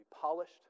polished